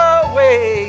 away